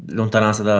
lontananza